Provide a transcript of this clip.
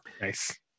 Nice